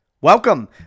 Welcome